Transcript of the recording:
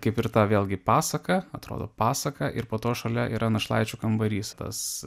kaip ir ta vėlgi pasaka atrodo pasaka ir po to šalia yra našlaičių kambarys tas